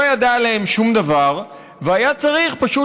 לא ידע עליהם שום דבר והיה צריך פשוט